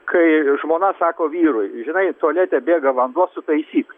kai žmona sako vyrui žinai tualete bėga vanduo sutaisyk